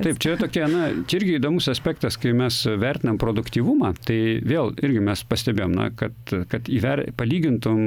taip čia tokia na čia irgi įdomus aspektas kai mes vertinam produktyvumą tai vėl irgi mes pastebėjom na kad kad įver palygintum